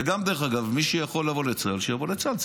וגם דרך אגב, מי שיכול לבוא לצה"ל שיבוא לצה"ל.